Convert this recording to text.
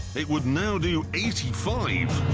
it would now do eighty five.